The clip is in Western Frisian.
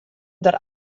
der